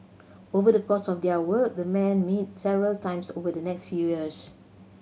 over the course of their work the men met several times over the next few years